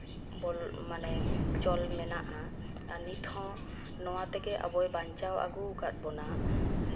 ᱵᱚᱱ ᱢᱟᱱᱮ ᱪᱚᱞ ᱢᱮᱱᱟᱜᱼᱟ ᱟᱨ ᱱᱤᱛ ᱦᱚᱸ ᱱᱚᱣᱟ ᱛᱮᱜᱮ ᱟᱵᱚᱭ ᱵᱟᱧᱪᱟᱣ ᱟᱹᱜᱩ ᱠᱟᱫᱵᱚᱱᱟ